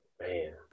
Man